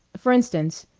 for instance,